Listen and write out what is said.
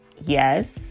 yes